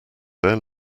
bear